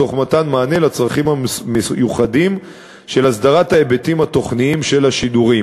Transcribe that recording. תוך מתן מענה לצרכים המיוחדים של אסדרת ההיבטים התוכניים של השידורים.